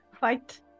fight